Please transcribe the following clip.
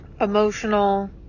emotional